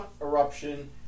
eruption